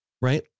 right